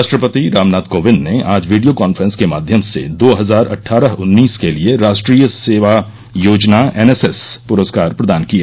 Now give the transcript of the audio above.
राष्ट्रपति रामनाथ कोविन्द ने आज वीडियो कॉन्फ्रेंस के माध्यम से दो हजार अट्ठारह उन्नीस के लिए राष्ट्रीय सेवा योजना एनएसएस पुरस्कार प्रदान किए